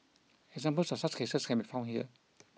examples of such cases can be found here